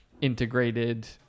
integrated